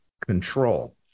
control